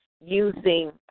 using